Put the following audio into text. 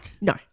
No